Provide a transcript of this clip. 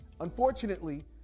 Unfortunately